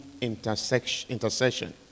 intercession